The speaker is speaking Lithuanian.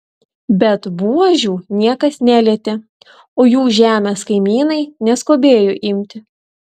bet buožių niekas nelietė o jų žemės kaimynai neskubėjo imti